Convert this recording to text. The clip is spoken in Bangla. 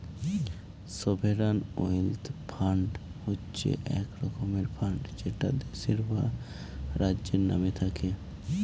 সভেরান ওয়েলথ ফান্ড হচ্ছে এক রকমের ফান্ড যেটা দেশের বা রাজ্যের নামে থাকে